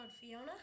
Fiona